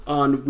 on